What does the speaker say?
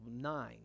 nine